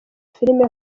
filime